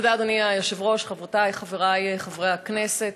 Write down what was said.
תודה אדוני היושב-ראש, חברותי וחברי חברי הכנסת,